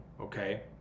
Okay